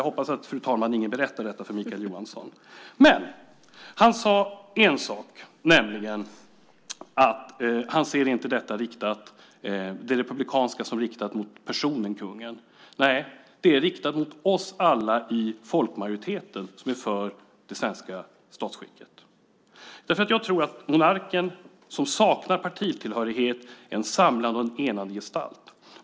Jag hoppas, fru talman, att ingen berättar detta för Mikael Johansson. Han sade en sak, nämligen att han inte ser de republikanska åsikterna som riktade mot personen kungen. Nej, de är riktade mot oss alla i folkmajoriteten som är för det svenska statsskicket. Jag tror att monarken, som saknar partitillhörighet, är en samlande och enande gestalt.